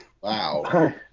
Wow